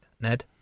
Ned